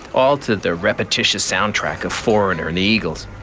all to the repetitious soundtrack of foreigner and the eagles.